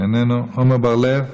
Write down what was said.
איננו, עמר בר-לב,